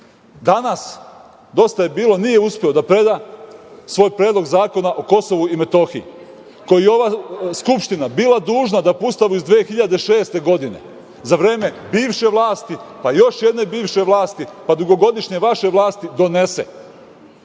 danas Dosta je bilo nije uspeo da preda svoj predlog zakona o KiM koji je ova Skupština bila dužna da po Ustavu iz 2006. godine za vreme bivše vlasti, pa još jedne bivše vlasti, pa dugogodišnje vaše vlasti donese. Ja